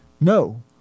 No